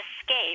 escape